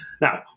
Now